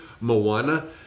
Moana